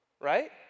right